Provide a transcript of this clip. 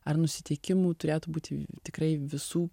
ar nusiteikimų turėtų būti tikrai visų